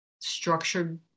structured